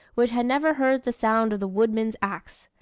which had never heard the sound of the woodman's axe.